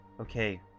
okay